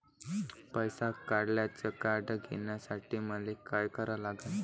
पैसा काढ्याचं कार्ड घेण्यासाठी मले काय करा लागन?